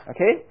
Okay